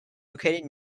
located